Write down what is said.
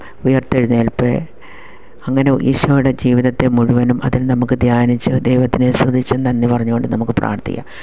ഉയർത്തെഴുന്നേൽപ്പ് അങ്ങനെ ഈശോയുടെ ജീവിതത്തെ മുഴുവനും അതിൽ നമുക്ക് ധ്യാനിച്ച് ദൈവത്തിന് സ്തുതിച്ച് നന്ദി പറഞ്ഞുകൊണ്ട് നമുക്ക് പ്രാർത്ഥിക്കാം